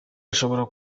ashobora